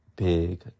big